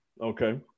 okay